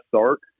start